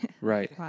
Right